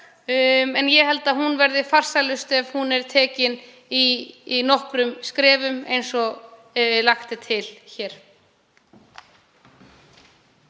En ég held að hún verði farsælust ef hún er tekin í nokkrum skrefum eins og lagt er til hér.